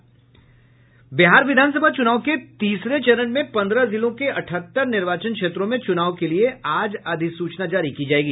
बिहार विधानसभा चुनाव के तीसरे चरण में पन्द्रह जिलों के अठहत्तर निर्वाचन क्षेत्रों में चुनाव के लिए आज अधिसूचना जारी की जाएगी